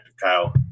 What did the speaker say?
Kyle